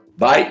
Bye